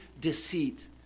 deceit